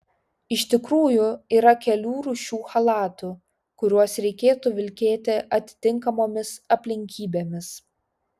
iš tikrųjų yra kelių rūšių chalatų kuriuos reikėtų vilkėti atitinkamomis aplinkybėmis